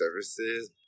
Services